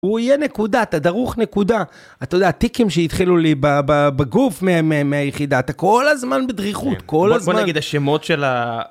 הוא יהיה נקודה, אתה דרוך נקודה. אתה יודע, הטיקים שהתחילו לי בגוף מהיחידה, אתה כל הזמן בדריכות, כל הזמן. בוא נגיד, השמות של ה...